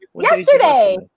Yesterday